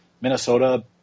Minnesota